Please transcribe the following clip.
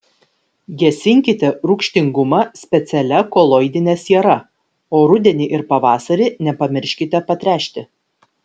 gesinkite rūgštingumą specialia koloidine siera o rudenį ir pavasarį nepamirškite patręšti